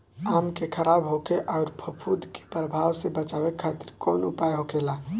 आम के खराब होखे अउर फफूद के प्रभाव से बचावे खातिर कउन उपाय होखेला?